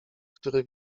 który